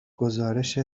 گزارش